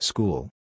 School